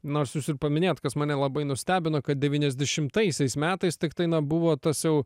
nors jūs ir paminėjot kas mane labai nustebino kad devyniasdešimtaisiais metais tiktai na buvo tas jau